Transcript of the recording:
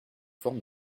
forme